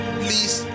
please